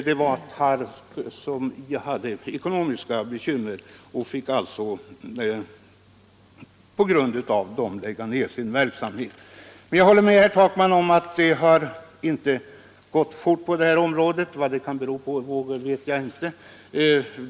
Det var i Tarv man hade ekonomiska bekymmer och fick lägga ned verksamheten Men jag håller med herr Takman om att det inte går fort på detta område. Vad det kan bero på vet jag inte.